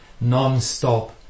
non-stop